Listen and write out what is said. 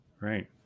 right